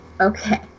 Okay